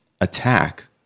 attack